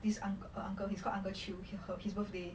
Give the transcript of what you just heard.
this uncle uncle he's call uncle chew he her his birthday